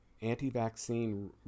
anti-vaccine